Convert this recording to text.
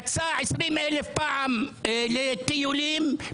יצא 20,000 פעם לטיולים,